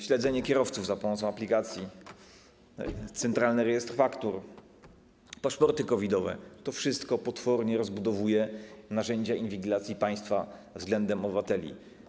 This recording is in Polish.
Śledzenie kierowców za pomocą aplikacji, Centralny Rejestr Faktur, paszporty COVID-owe - to wszystko potwornie rozbudowuje narzędzia inwigilacji państwa względem obywateli.